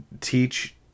teach